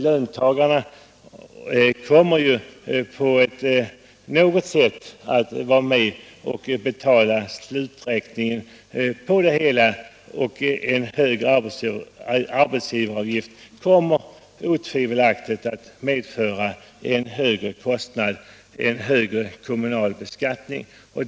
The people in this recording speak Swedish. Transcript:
Löntagarna kommer ju på något sätt att vara med och betala sluträkningen på det hela. En högre arbetsgivaravgift kommer otvivelaktigt att medföra en högre kostnad och en högre kommunal beskattning.